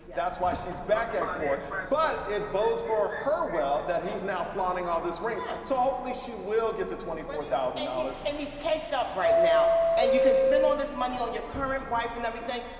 that's why she's back at court but it bodes for her well, that he's now flaunting all these rings. so hopefully she will get to twenty four thousand dollars. and he's caked up right now. and you can spend all this money on your current wife and everything,